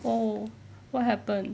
oh what happen